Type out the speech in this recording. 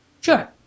Sure